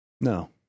No